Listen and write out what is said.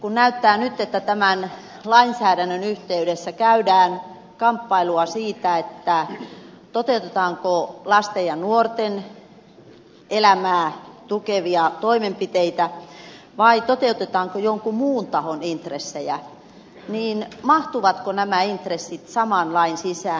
kun näyttää nyt siltä että tämän lainsäädännön yhteydessä käydään kamppailua siitä toteutetaanko lasten ja nuorten elämää tukevia toimenpiteitä vai toteutetaanko jonkun muun tahon intressejä mahtuvatko nämä intressit saman lain sisään